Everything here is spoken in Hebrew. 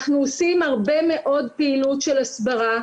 אנחנו עושים הרבה מאוד פעילות של הסברה.